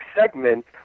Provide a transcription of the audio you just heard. segment